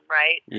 right